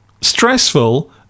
Stressful